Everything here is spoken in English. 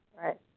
right